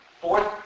fourth